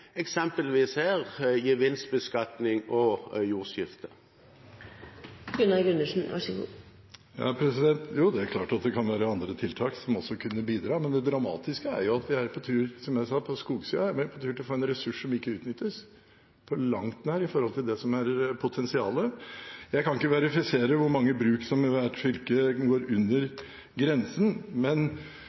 eksempelvis gevinstbeskatning og jordskifte? Jo, det er klart at det kan være andre tiltak som også kunne bidra. Men det dramatiske er at vi, som jeg sa, på skogsiden er på tur til å få en ressurs som ikke utnyttes på langt nær i forhold til det som er potensialet. Jeg kan ikke verifisere hvor mange bruk i hvert fylke som går under grensen, men